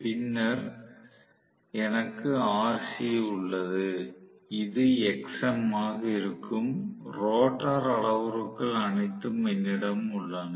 பின்னர் எனக்கு Rc உள்ளது இது Xm ஆக இருக்கும் ரோட்டார் அளவுருக்கள் அனைத்தும் என்னிடம் உள்ளன